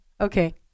Okay